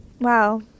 Wow